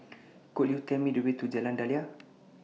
Could YOU Tell Me The Way to Jalan Daliah